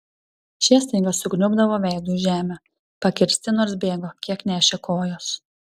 šie staiga sukniubdavo veidu į žemę pakirsti nors bėgo kiek nešė kojos